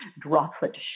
droplet